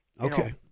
Okay